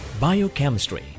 Biochemistry